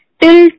till